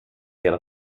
hela